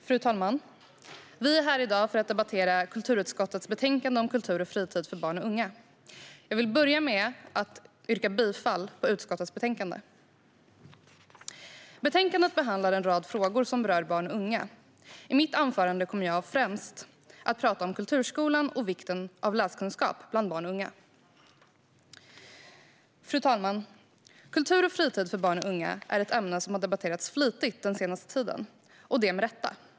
Fru talman! Vi är i dag här för att debattera kulturutskottets betänkande om kultur och fritid för barn och unga. Jag börjar med att yrka bifall till förslaget i utskottets betänkande. I betänkandet behandlas en rad frågor som berör barn och unga. I mitt anförande kommer jag främst att tala om kulturskolan och vikten av läskunskap bland barn och unga. Fru talman! Kultur och fritid för barn och unga är ett ämne som har debatterats flitigt den senaste tiden, och det med rätta.